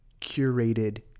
curated